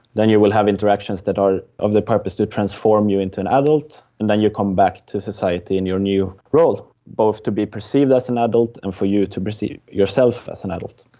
then you will have interactions that are of the purpose to transform you into an adult, and then you come back to society in your new role, both to be perceived as an adult and for you to perceive yourself as an adult.